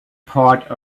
part